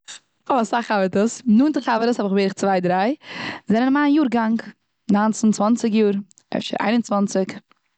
כ'האב אסאך חבר'טעס. נאנטע חבר'טעס האב איך בערך צוויי, דריי, זיי זענען און מיין יארגאנג. ניינצן, צוואנציג יאר, אפשר איין און צוואנציג.